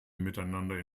miteinander